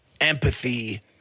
Empathy